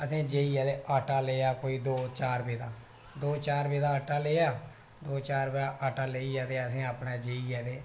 असें जाइयै आटा लेआ कोई दौं चार रपे दा दौं चार रपे दा आटा लेआ दौं चार रपे दा आटा लेइयै ते असें फिर